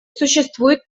существует